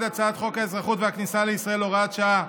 הצעת חוק האזרחות והכניסה לישראל (הוראת שעה),